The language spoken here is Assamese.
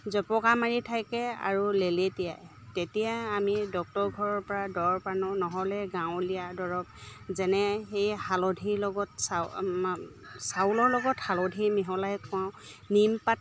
জপকা মাৰি থাকে আৰু লেলেটিয়ায় তেতিয়া আমি ডক্টৰ ঘৰৰ পৰা দৰৱ আনো নহ'লে গাঁৱলীয়া দৰৱ যেনে সেই হালধিৰ লগত চাউ মা চাউলৰ লগত হালধি মিহলাই খুৱাওঁ নিমপাত